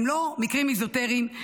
הם לא מקרים אזוטריים,